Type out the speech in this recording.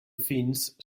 fins